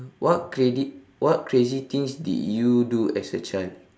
what crazy what crazy things did you do as a child